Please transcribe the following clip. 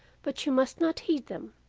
but you must not heed them.